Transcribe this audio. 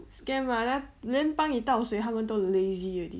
scam mah lah 连帮你倒水他们都 lazy already